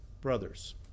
brothers